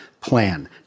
plan